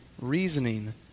reasoning